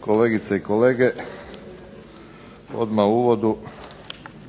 kolegice i kolege. Odmah u uvodu